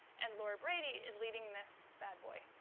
and laura brady is leading this bad boy,